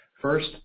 First